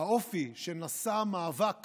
האופי שנשא המאבק